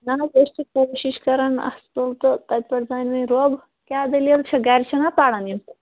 نہَ حظ أسۍ چھِ کوٗشِش کَران اَصٕل تہٕ تَتہِ پٮ۪ٹھٕ زانہِ وۄنۍ رۅب کیٛاہ دٔلیٖل چھِ گَرِ چھِنا پَران یِم